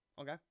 Okay